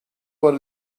what